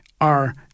are-